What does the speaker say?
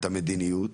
את המדיניות,